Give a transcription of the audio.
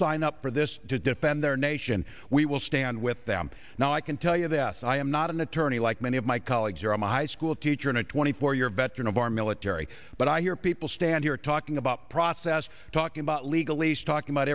sign up for this to defend their nation we will stand with them now i can tell you this i am not an attorney like many of my colleagues here i'm a high school teacher and a twenty four year veteran of our military but i hear people stand here talking about process talking about legal age talking about